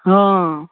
हाँ